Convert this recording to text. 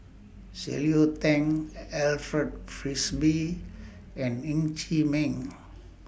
Cleo Thang Alfred Frisby and Ng Chee Meng